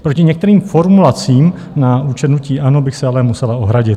Proti některým formulacím na účet hnutí ANO bych se ale musela ohradit.